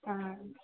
आं